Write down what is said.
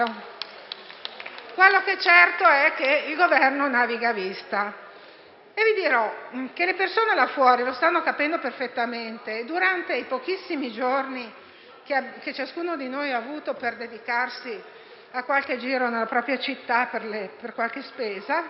Quello che è certo è che il Governo naviga a vista e vi dirò che le persone, là fuori, lo stanno capendo perfettamente. Durante i pochissimi giorni che ciascuno di noi ha avuto per dedicarsi a qualche giro nella propria città per qualche spesa,